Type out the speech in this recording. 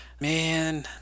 Man